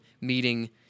meeting